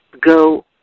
Go